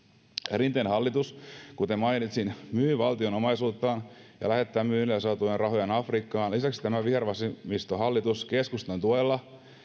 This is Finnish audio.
rinteen hallitus kuten mainitsin myy valtion omaisuutta ja lähettää myynneistä saatuja rahoja afrikkaan lisäksi tämä vihervasemmistohallitus keskustan tuella